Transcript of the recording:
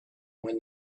when